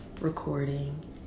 recording